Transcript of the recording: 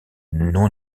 non